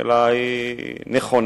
אלא היא נכונה,